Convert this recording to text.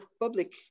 public